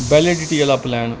validity ਵਾਲਾ plan